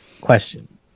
question